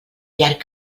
llarg